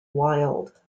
wild